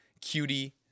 cutie